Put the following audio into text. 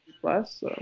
plus